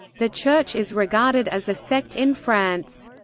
the church is regarded as a sect in france.